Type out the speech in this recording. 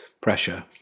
pressure